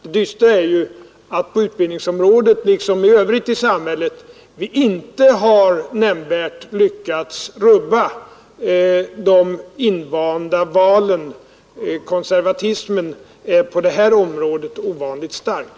Det dystra är ju att vi inte på utbildningsområdet liksom inte heller i övrigt i samhället nämnvärt har lyckats rubba de invanda valen. Konservatismen är på detta område ovanligt stark.